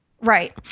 Right